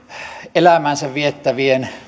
elämäänsä viettävien